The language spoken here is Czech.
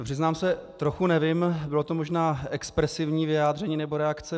Přiznám se, trochu nevím, bylo to možná expresivní vyjádření nebo reakce.